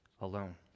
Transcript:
alone